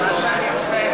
בבקשה?